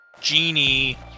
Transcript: genie